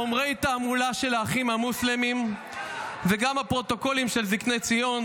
חומרי תעמולה של האחים המוסלמים וגם הפרוטוקולים של זקני ציון,